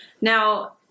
now